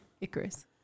Icarus